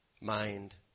mind